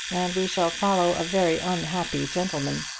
and we shall follow a very unhappy gentleman.